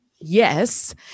Yes